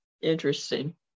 Interesting